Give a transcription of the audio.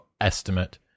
estimate